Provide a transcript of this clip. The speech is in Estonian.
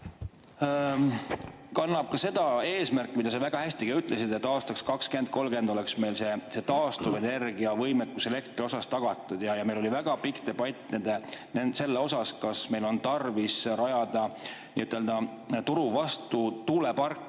kannab seda eesmärki, mida sa väga hästi ütlesid, et aastaks 2030 oleks meil see taastuvenergia võimekus elektri osas tagatud. Meil oli väga pikk debatt selle üle, kas meil on tarvis rajada nii-öelda turu vastu tuuleparke.